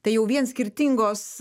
tai jau vien skirtingos